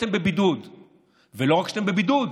אתם בבידוד ולא רק שאתם בבידוד,